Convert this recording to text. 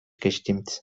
gestimmt